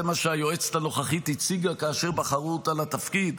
זה מה שהיועצת הנוכחית הציגה כאשר בחרו אותה לתפקיד,